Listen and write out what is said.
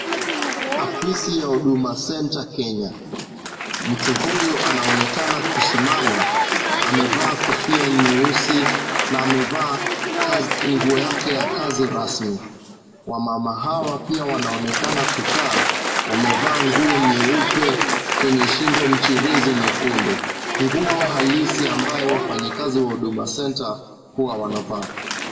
Afisi ya huduma center Kenya. Mtu huyu anaonekana kusimama, amevaa kofia nyeusi na amevaa nguo yake ya kazi rasmi. Wamama hawa pia wanaonekana kukaa, wamevaa nguo nyeupe, kwenye shingo mchirizi nyekundu, nguo halisi ambayo wafanyikazi wa huduma center huwa wanavaa.